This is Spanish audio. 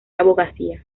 abogacía